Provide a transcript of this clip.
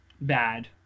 bad